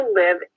live